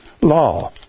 law